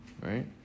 right